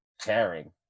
caring